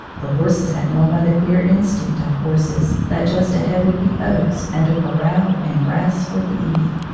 the horses had known, by the queer instinct of horses, that just ahead would be oats and a corral and grass for the eating.